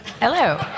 Hello